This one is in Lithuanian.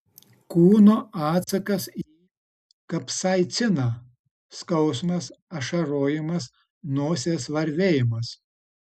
kūno atsakas į kapsaiciną skausmas ašarojimas nosies varvėjimas